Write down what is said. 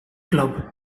club